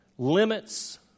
Limits